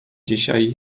dzisiaj